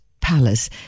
palace